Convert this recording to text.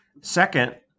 Second